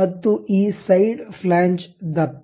ಮತ್ತು ಈ side flange ದಪ್ಪ